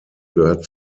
gehört